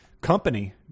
company